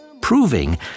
Proving